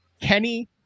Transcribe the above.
kenny